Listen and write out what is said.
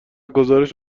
گزارش